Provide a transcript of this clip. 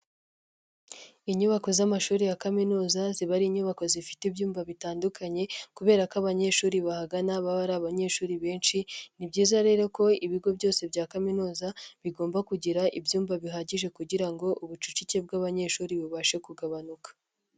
Inyubako z'amashuri ya kaminuza ziba ari inyubako zifite ibyumba bitandukanye, kubera ko abanyeshuri bahagana baba ari abanyeshuri benshi, ni byiza rero ko ibigo byose bya kaminuza bigomba kugira ibyumba bihagije kugirango ubucucike bw'abanyeshuri bubashe kugabanuka.